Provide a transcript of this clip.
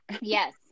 Yes